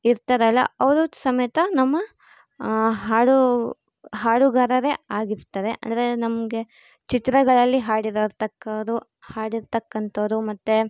ಇರ್ತಾರಲ್ಲ ಅವರು ಸಮೇತ ನಮ್ಮ ಹಾಡು ಹಾಡುಗಾರರೇ ಆಗಿರ್ತಾರೆ ಅಂದರೆ ನಮಗೆ ಚಿತ್ರಗಳಲ್ಲಿ ಹಾಡಿರತಕ್ಕೋರು ಹಾಡಿರ್ತಕ್ಕಂಥೋರು ಮತ್ತು